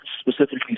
specifically